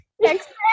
next